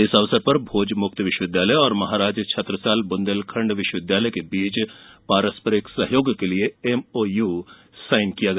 इस अवसर पर भोज मुक्त विश्वविद्यालय और महाराज छत्रसाल बुंदेलखण्ड विश्वविद्यालय के बीच पारस्परिक सहयोग के लिये एमओयू साइन किया गया